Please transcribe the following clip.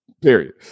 Period